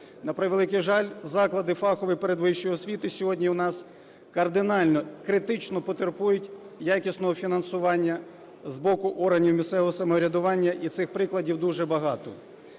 На превеликий жаль, заклади фахової передвищої освіти сьогодні у нас кардинально, критично потребують якісного фінансування з боку органів місцевого самоврядування, і цих прикладів дуже багато.